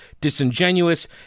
disingenuous